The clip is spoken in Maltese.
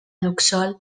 luxol